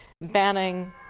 banning